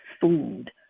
food